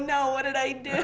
no what did i do